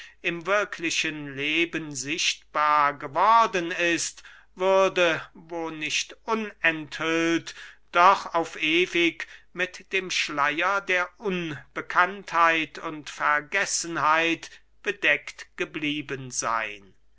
im wirklichen leben sichtbar geworden ist würde wo nicht unenthüllt doch auf ewig mit dem schleier der unbekanntheit und vergessenheit bedeckt geblieben seyn